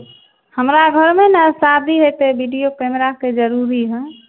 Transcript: हमरा घरमे ने शादी होयतै वीडियो कैमराके जरूरी है